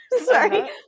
Sorry